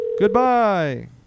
Goodbye